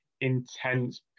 intense